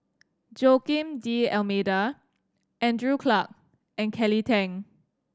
Joaquim D'Almeida Andrew Clarke and Kelly Tang